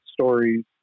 stories